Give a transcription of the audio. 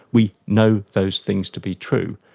we know those things to be true.